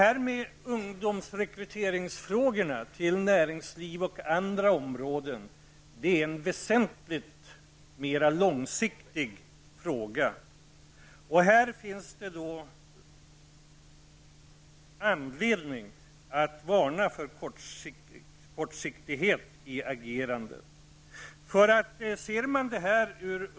Frågan om rekrytering av ungdomar till näringslivet och andra områden är en väsentligt mer långsiktig fråga, och det finns här anledning att varna för kortsiktighet i agerandet.